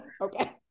Okay